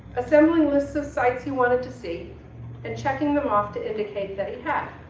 assembling lists of sites he wanted to see and checking them off to indicate that he had.